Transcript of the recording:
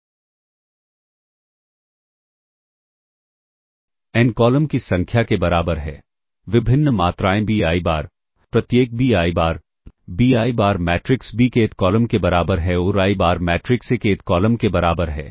n column की संख्या के बराबर है विभिन्न मात्राएँ b i bar प्रत्येक b i bar b i bar matrix B के ith कॉलम के बराबर है और a i bar matrix A के ith कॉलम के बराबर है